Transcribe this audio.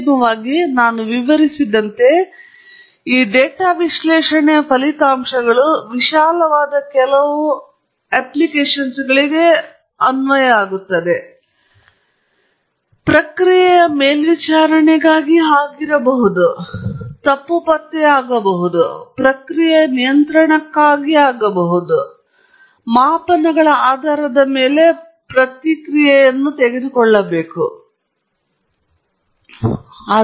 ಅಂತಿಮವಾಗಿ ನಾನು ವಿವರಿಸಿದಂತೆ ಈ ಡೇಟಾ ವಿಶ್ಲೇಷಣೆಯ ಫಲಿತಾಂಶಗಳು ಈ ವಿಶಾಲವಾದ ಕೆಲವು ಅನ್ವಯಗಳಿಗೆ ಹೋಗುತ್ತದೆ ಇದು ಪ್ರಕ್ರಿಯೆಯ ಮೇಲ್ವಿಚಾರಣೆಗಾಗಿ ಆಗಿರಬಹುದು ಇದು ತಪ್ಪು ಪತ್ತೆಯಾಗಿದೆ ಅಥವಾ ಪ್ರಕ್ರಿಯೆಯ ನಿಯಂತ್ರಣಕ್ಕಾಗಿರಬಹುದು ಅಲ್ಲಿ ನಾನು ಮಾಪನಗಳ ಆಧಾರದ ಮೇಲೆ ಪ್ರತಿಕ್ರಿಯೆಯನ್ನು ತೆಗೆದುಕೊಳ್ಳುತ್ತಿದ್ದೇನೆ